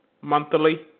monthly